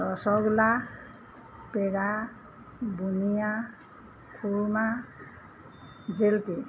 ৰসগোল্লা পেৰা বুন্দিয়া খুৰমা জেলেপী